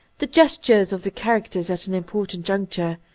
the gestures of the characters at an important juncture,